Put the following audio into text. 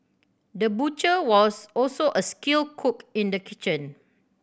the butcher was also a skilled cook in the kitchen